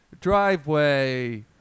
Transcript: driveway